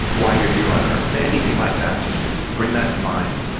why you're here on earth. anything like that, just bring that to mind.